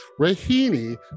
Rahini